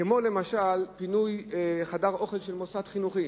כמו למשל פינוי חדר אוכל של מוסד חינוכי